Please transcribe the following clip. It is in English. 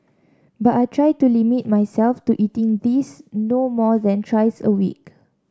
but I try to limit myself to eating these no more than thrice a week